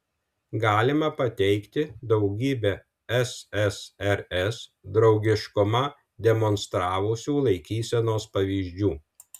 galima pateikti daugybę ssrs draugiškumą demonstravusių laikysenos pavyzdžių